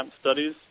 studies